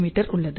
me உள்ளது